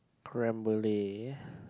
creme brulee